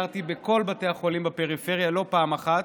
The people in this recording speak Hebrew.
וסיירתי בכל בתי החולים בפריפריה לא פעם אחת,